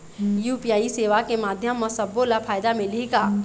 UPI सेवा के माध्यम म सब्बो ला फायदा मिलही का?